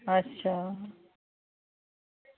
अच्छा